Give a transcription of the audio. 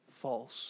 false